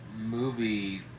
movie